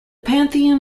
pantheon